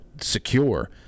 secure